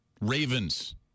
Ravens